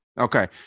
Okay